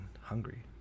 hungry